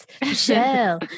Michelle